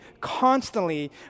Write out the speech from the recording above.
constantly